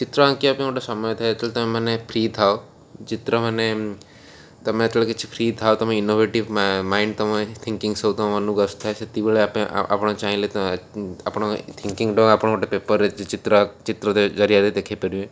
ଚିତ୍ର ଆଙ୍କିବା ପାଇଁ ଗୋଟେ ସମୟ ଥାଏ ଯେତେବେଳେ ତମେ ମାନେ ଫ୍ରି ଥାଉ ଚିତ୍ର ମାନେ ତମେ ଯେତେବେଳେ କିଛି ଫ୍ରୀ ଥାଉ ତମେ ଇନୋଭେଟିଭ୍ ମାଇଣ୍ଡ୍ ତମେ ଥିଙ୍କିଙ୍ଗ୍ ସବୁ ତମ ମନକୁ ଥାଏ ସେତିକି ବେଳେ ଆପେ ଆପଣ ଚାହିଁଲେ ତ ଆପଣ ଥିଙ୍କିଙ୍ଗ୍ ଆପଣ ଗୋଟେ ପେପର୍ରେ ଚିତ୍ର ଚିତ୍ର ଜରିଆରେ ଦେଖାଇ ପାରିବେ